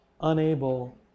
unable